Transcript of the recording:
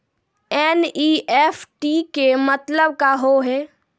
NEFT के मतलब का होव हेय?